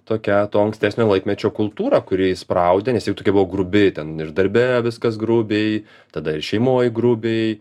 tokią to ankstesnio laikmečio kultūrą kuri įspraudė nes ji tokia buvo grubi ten ir darbe viskas grubiai tada ir šeimoj grubiai